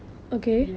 ya